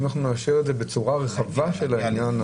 אם נקבל את זה בצורה הרחבה של העניין,